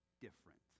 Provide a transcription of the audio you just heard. different